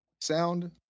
Sound